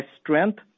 strength